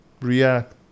react